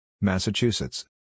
Massachusetts